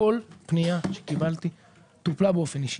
כל פנייה שקיבלתי טופלה באופן אישי.